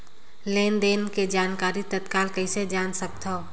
लेन देन के जानकारी तत्काल कइसे जान सकथव?